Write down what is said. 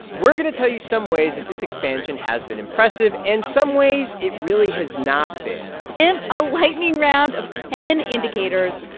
we're going to tell you some ways that this expansion has been impressive, and some ways it really has not been and a lightning round of ten indicators,